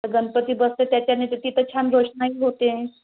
तर गणपती बसते त्याच्याने तर तिथं छान रोषणाई होते